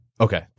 Okay